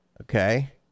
Okay